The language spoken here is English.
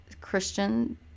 Christian